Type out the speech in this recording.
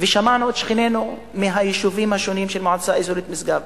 ושמענו את שכנינו מהיישובים השונים של מועצה אזורית משגב.